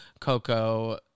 Coco